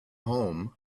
home